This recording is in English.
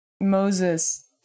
Moses